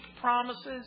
promises